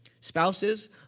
Spouses